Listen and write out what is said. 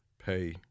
pay